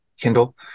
Kindle